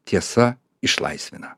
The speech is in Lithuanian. tiesa išlaisvina